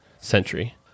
century